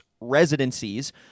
residencies